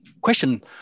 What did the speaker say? question